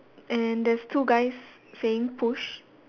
and there's two guys saying push